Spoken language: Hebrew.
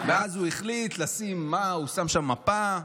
ואז הוא החליט לשים שם מפה,